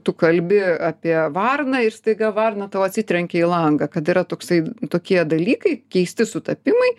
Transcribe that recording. tu kalbi apie varną ir staiga varna tau atsitrenkia langą kad yra toksai tokie dalykai keisti sutapimai